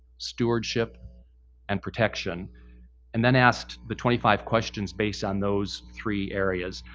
stewardship and protection and then asked the twenty five questions based on those three areas.